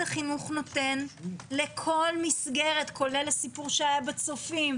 החינוך נותן לכל מסגרת כולל הסיפור שהיה בצופים,